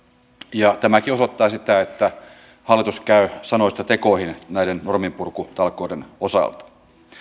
ja tämäkin osoittaa sitä että hallitus käy sanoista tekoihin näiden norminpurkutalkoiden osalta